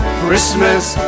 Christmas